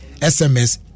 SMS